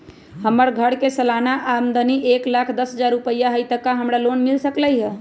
हमर घर के सालाना आमदनी एक लाख दस हजार रुपैया हाई त का हमरा लोन मिल सकलई ह?